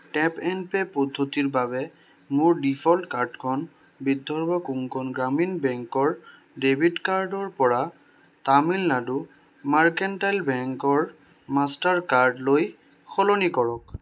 tap and pay পদ্ধতিৰ বাবে মোৰ ডিফ'ল্ট কাৰ্ডখন বিধৰ্ব কোংকণ গ্ৰামীণ বেংকৰ ডেবিট কাৰ্ডৰ পৰা তামিলনাডু মাৰ্কেণ্টাইল বেংকৰ মাষ্টাৰ কাৰ্ডলৈ সলনি কৰক